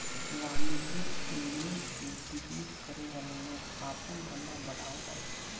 वाणिज्यिक लोन से बिजनेस करे वाला लोग आपन धंधा बढ़ावत हवे